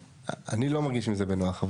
אני לא מרגיש עם זה בנוח.